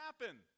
happen